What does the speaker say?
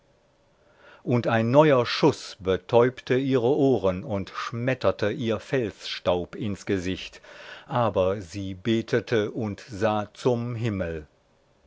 und ein neuer schuß betäubte ihre ohren und schmetterte ihr felsstaub ins gesicht aber sie betete und sah zum himmel